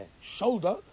shoulder